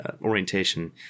orientation